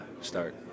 start